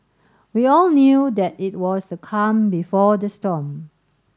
we all knew that it was the calm before the storm